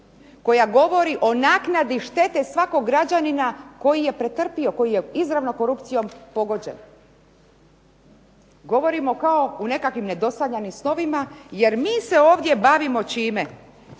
koja govori o naknadi štete svakog građanina koji je pretrpio, koji je izravno korupcijom pogođen. Govorimo kao u nekakvim nedosanjanim snovima jer mi se ovdje bavimo čime?